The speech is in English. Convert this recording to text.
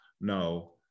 No